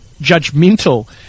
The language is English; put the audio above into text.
judgmental